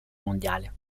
mondiale